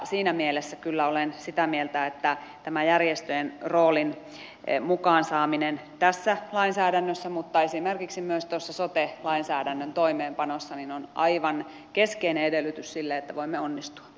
siinä mielessä kyllä olen sitä mieltä että järjestöjen roolin mukaan saaminen paitsi tässä lainsäädännössä niin myös esimerkiksi sote lainsäädännön toimeenpanossa on aivan keskeinen edellytys sille että voimme onnistua